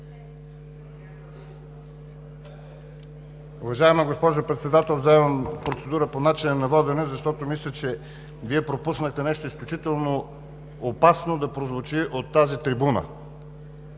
Уважаема госпожо Председател, вземам процедура по начина на водене, защото мисля, че Вие пропуснахте нещо изключително опасно да прозвучи от тази трибуна.